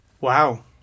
Wow